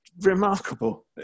remarkable